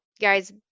Guys